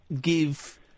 give